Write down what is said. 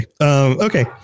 okay